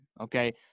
okay